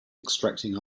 extracting